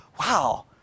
wow